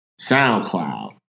SoundCloud